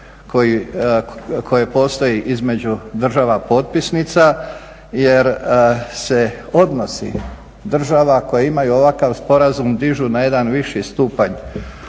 koje postoji između država potpisnica jer se odnosi država koje imaju ovakav sporazum dižu na jedan viši stupanj